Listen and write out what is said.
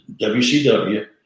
WCW